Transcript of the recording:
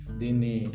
dini